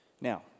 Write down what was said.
Now